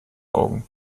augen